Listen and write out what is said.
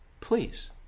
Please